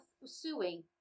pursuing